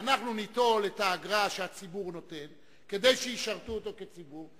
אנחנו ניטול את האגרה שהציבור נותן כדי שישרתו אותו כציבור,